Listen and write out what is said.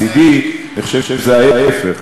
מצדי: אני חושב שזה ההפך,